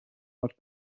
not